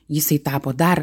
jisai tapo dar